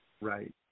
Right